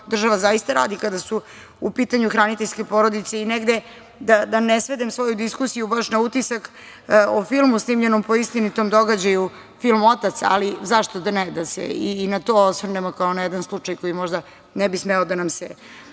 država zaista radi kada su u pitanju hraniteljske porodice. Da ne svedem svoju diskusiju baš na utisak o filmu snimljenom po istinitom događaju, film „Otac“, ali zašto da ne, da se i na to osvrnemo kao na jedan slučaj koji možda ne bi smeo da nam se